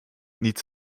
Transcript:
needs